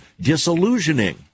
disillusioning